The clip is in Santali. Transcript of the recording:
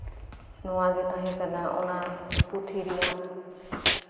ᱱᱚᱶᱟᱜᱮ ᱛᱟᱦᱮᱸ ᱠᱟᱱᱟ ᱯᱩᱛᱷᱤ ᱨᱮᱭᱟᱜ